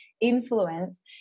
influence